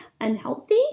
unhealthy